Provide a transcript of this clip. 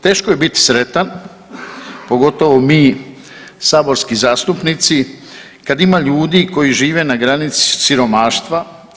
Teško je biti sretan pogotovo mi saborski zastupnici kada ima ljudi koji žive na granici siromaštva.